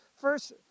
first